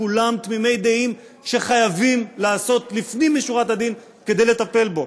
כולם תמימי דעים שחייבים לעשות לפנים משורת הדין כדי לטפל בו.